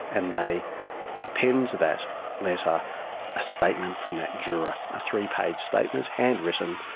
and they append to that letter a statement from that juror, a three-page statement, hand-written,